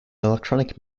electronic